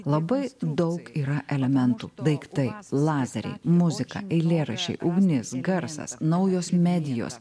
labai daug yra elementų daiktai lazeriai muzika eilėraščiai ugnis garsas naujos medijos